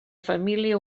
família